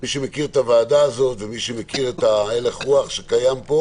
מי שמכיר את הוועדה הזאת ומי שמכיר את הלך הרוח פה,